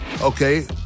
Okay